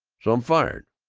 so i'm fired!